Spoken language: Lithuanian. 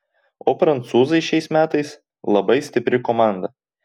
o prancūzai šiais metais labai stipri komanda